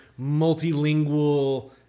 multilingual